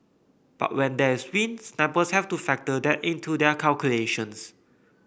but when there is wind snipers have to factor that into their calculations